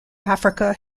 africa